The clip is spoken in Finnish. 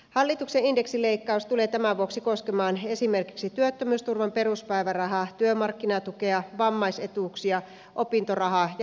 hallituksen indeksileikkaus tulee tämän vuoksi koskemaan esimerkiksi työttömyysturvan peruspäivärahaa työmarkkinatukea vammaisetuuksia opintorahaa ja rintamalisää